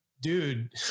dude